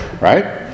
Right